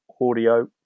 audio